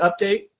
update